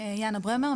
יאנה ברמר,